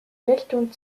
richtung